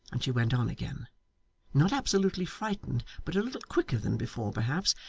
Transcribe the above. and she went on again not absolutely frightened, but a little quicker than before perhaps,